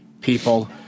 people